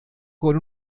con